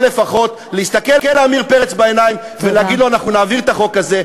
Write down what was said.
או לפחות להסתכל לעמיר פרץ בעיניים ולהגיד לו: אנחנו נעביר את החוק הזה,